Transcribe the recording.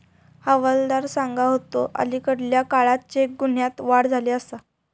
हवालदार सांगा होतो, अलीकडल्या काळात चेक गुन्ह्यांत वाढ झाली आसा